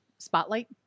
Spotlight